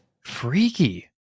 freaky